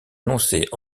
annoncer